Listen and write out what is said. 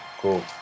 cool